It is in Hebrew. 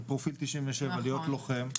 בפרופיל 97 להיות לוחם --- נכון.